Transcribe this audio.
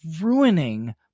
ruining